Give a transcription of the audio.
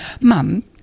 mum